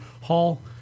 hall